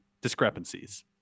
discrepancies